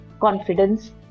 confidence